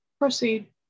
proceed